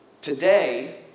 Today